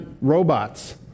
robots